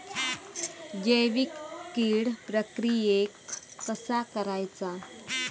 जैविक कीड प्रक्रियेक कसा करायचा?